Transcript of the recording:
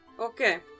Okay